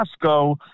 Costco